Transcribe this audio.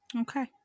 Okay